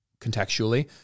contextually